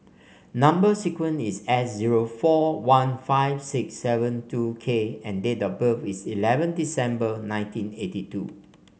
number sequence is S zero four one five six seven two K and date of birth is eleven December nineteen eighty two